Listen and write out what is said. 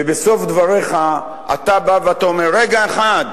ובסוף דבריך אתה בא ואומר: רגע אחד,